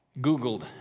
googled